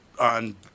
on